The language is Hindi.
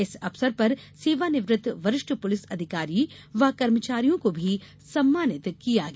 इस अवसर पर सेवानिवृत वरिष्ठ पुलिस अधिकारियों व कर्मचारियों को भी सम्मानित किया गया